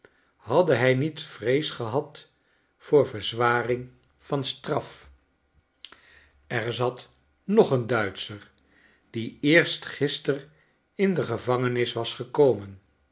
hadde hij niet vrees gehad voor verz waring van straf er zat nog een duitscher die eerst gister in de gevangenis was gekomen